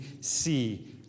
see